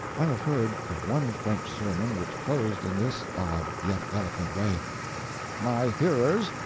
i have heard of one french sermon which closed in this odd yet eloquent way my hearers,